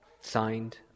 Signed